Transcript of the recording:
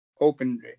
open